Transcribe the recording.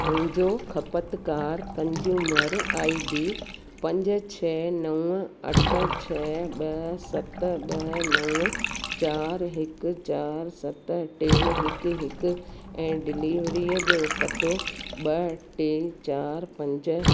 मुहिंजो ख़पतकार consumer I D पंज छ नव अठ छ ॿ सत ॿ नव चारि हिकु चारि सत टे हिकु हिकु ऐं डिलीवरीअ जो पतो ॿ टे चारि पंज